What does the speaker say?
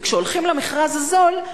וכשהולכים למכרז הזול,